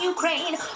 Ukraine